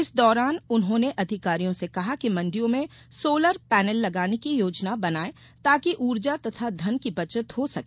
इस दौरान उन्होंने अधिकारियों से कहा कि मण्डियों में सोलर पैनल लगाने की योजना बनायें ताकि ऊर्जा तथा धन की बचत हो सके